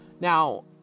Now